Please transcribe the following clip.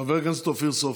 חבר הכנסת אופיר סופר.